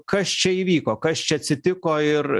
kas čia įvyko kas čia atsitiko ir